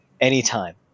anytime